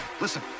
Listen